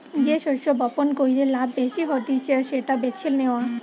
যে শস্য বপণ কইরে লাভ বেশি হতিছে সেটা বেছে নেওয়া